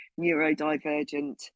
neurodivergent